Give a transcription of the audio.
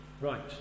Right